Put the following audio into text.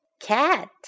Cat